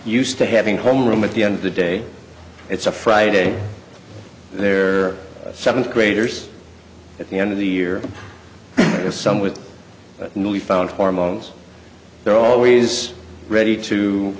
sed to having homeroom at the end of the day it's a friday their seventh graders at the end of the year some with newly found hormones they're always ready to